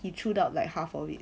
he chewed out like half of it